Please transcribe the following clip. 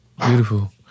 Beautiful